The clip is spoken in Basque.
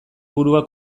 burua